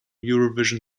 eurovision